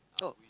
oh